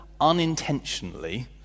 unintentionally